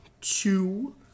two